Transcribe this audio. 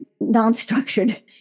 non-structured